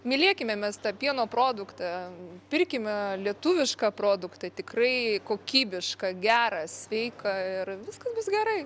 mylėkime mes tą pieno produktą pirkime lietuvišką produktą tikrai kokybišką gerą sveiką ir viskas bus gerai